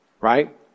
right